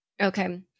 Okay